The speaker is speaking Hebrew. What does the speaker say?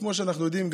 כמו שאנחנו יודעים,